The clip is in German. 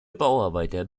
bauarbeiter